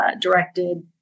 directed